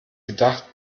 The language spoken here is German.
gedacht